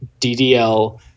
DDL